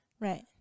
Right